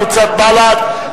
קבוצת בל"ד,